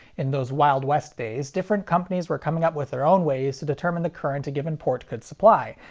in those wild west days, different companies were coming up with their own ways to determine the current a given port could supply,